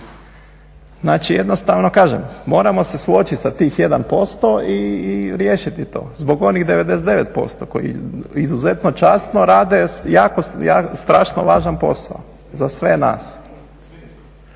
Znači jednostavno kažem moramo se suočiti sa tih jedan posto i riješiti to zbog onih 99% koji izuzetno časno rade jako strašno važan posao za sve nas.